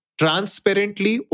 transparently